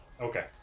Okay